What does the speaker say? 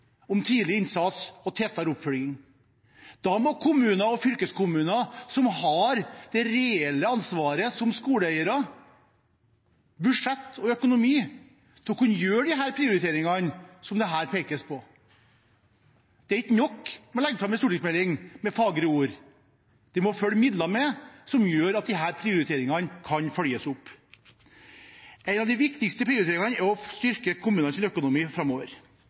tidlig innsats og tettere oppfølging. Da må kommuner og fylkeskommuner, som har det reelle ansvaret som skoleeiere, ha budsjett og økonomi til å kunne gjøre de prioriteringene som det her pekes på. Det er ikke nok å legge fram en stortingsmelding med fagre ord, det må følge midler med som gjør at disse prioriteringene kan følges opp. En av de viktigste prioriteringene er å styrke kommunenes økonomi framover.